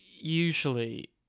usually